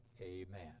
amen